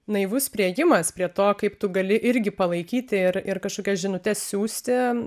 naivus priėjimas prie to kaip tu gali irgi palaikyti ir ir kažkokias žinutes siųsti